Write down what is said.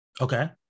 Okay